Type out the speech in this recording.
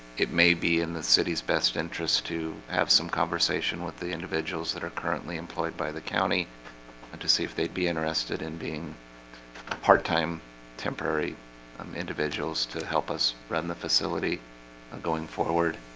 it may be in the city's best interest to have some conversation with the individuals that are currently employed by the county and to see if they'd be interested in being part-time temporary um individuals to help us run the facility going forward